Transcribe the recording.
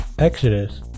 Exodus